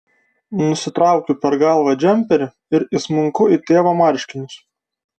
nusitraukiu per galvą džemperį ir įsmunku į tėvo marškinius